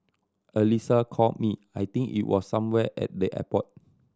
Alyssa called me I think it was somewhere at the airport